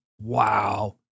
wow